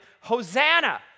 Hosanna